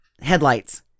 headlights